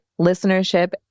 listenership